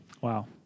Wow